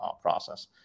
process